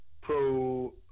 pro